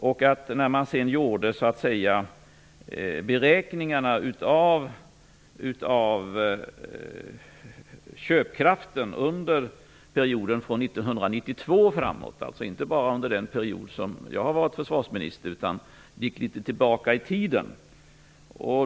Försvarsmakten gjorde sedan beräkningar av köpkraften under perioden från 1992 och framåt - alltså inte bara under den period som jag har varit försvarsminister.